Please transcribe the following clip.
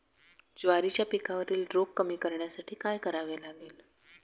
ज्वारीच्या पिकावरील रोग कमी करण्यासाठी काय करावे लागेल?